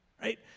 right